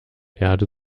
erde